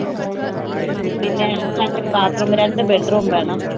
ആ പിന്നെ attached bathroom രണ്ട് ബെഡ്റൂമ് വേണം